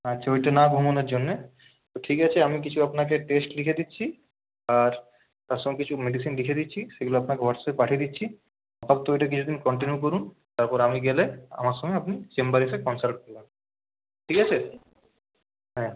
আচ্ছা ওইটা না ঘুমোনোর জন্যে তো ঠিক আছে আমি কিছু আপনাকে টেস্ট লিখে দিচ্ছি আর তার সঙ্গে কিছু মেডিসিন লিখে দিচ্ছি সেগুলো আপনাকে হোয়াটসঅ্যাপে পাঠিয়ে দিচ্ছি আপাতত এটা কিছুদিন কন্টিনিউ করুন তারপর আমি গেলে আমার সঙ্গে আপনি চেম্বারে এসে কনসাল্ট করবেন ঠিক আছে হ্যাঁ